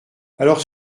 alors